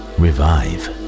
revive